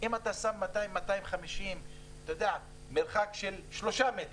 ואם אפשר לשים שם 200 250 במרחק של 3 מטר,